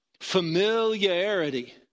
Familiarity